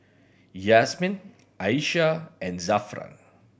Yasmin Aisyah and Zafran